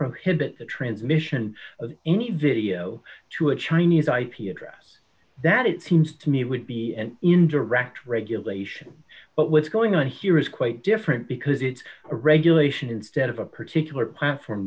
prohibit the transmission of any video to a chinese ip address that it seems to me would be an indirect regulation but what's going on here is quite different because it's a regulation instead of a particular platform